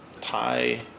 Thai